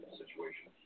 situation